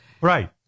Right